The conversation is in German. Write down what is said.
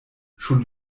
schon